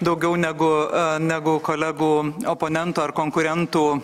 daugiau negu negu kolegų oponentų ar konkurentų